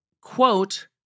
quote